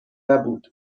نبود